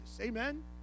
Amen